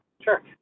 Sure